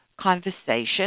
conversation